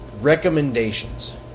Recommendations